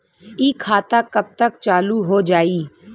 इ खाता कब तक चालू हो जाई?